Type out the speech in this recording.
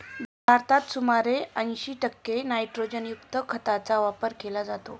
भारतात सुमारे ऐंशी टक्के नायट्रोजनयुक्त खतांचा वापर केला जातो